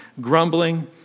grumbling